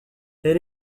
elle